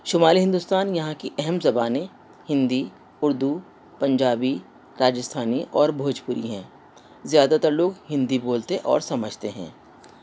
شمالی ہندوستان یہاں کی اہم زبانیں ہندی اردو پنجابی راجستھانی اور بھوجپوری ہیں زیادہ تر لوگ ہندی بولتے اور سمجھتے ہیں